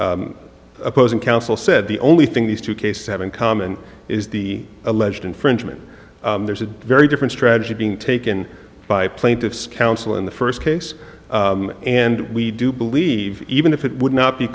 week opposing counsel said the only thing these two cases have in common is the alleged infringement there's a very different strategy being taken by plaintiffs counsel in the first case and we do believe even if it would not be